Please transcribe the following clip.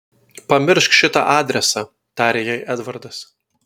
pamiršk šitą adresą tarė jai edvardas